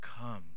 come